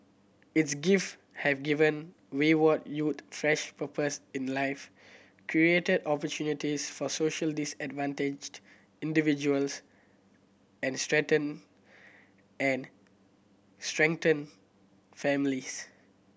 its gift have given wayward youth fresh purpose in life created opportunities for socially disadvantaged individuals and strengthened and strengthened families